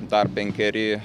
dar penkeri